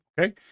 Okay